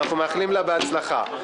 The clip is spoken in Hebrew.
ואנחנו מאחלים לה בהצלחה.